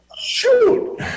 Shoot